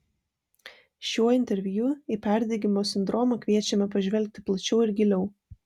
šiuo interviu į perdegimo sindromą kviečiame pažvelgti plačiau ir giliau